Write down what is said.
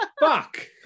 Fuck